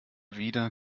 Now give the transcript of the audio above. wieder